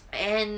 and